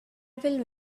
will